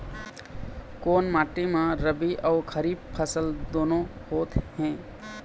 कोन माटी म रबी अऊ खरीफ फसल दूनों होत हे?